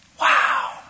Wow